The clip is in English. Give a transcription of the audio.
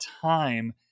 time